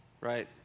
right